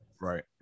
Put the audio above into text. Right